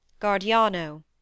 Guardiano